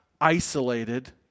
isolated